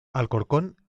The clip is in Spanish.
alcorcón